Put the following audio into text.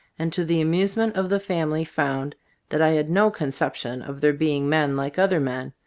and to the amuse ment of the family found that i had no conception of their being men like other men,